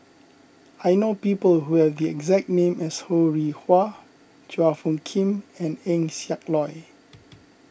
I know people who have the exact name as Ho Rih Hwa Chua Phung Kim and Eng Siak Loy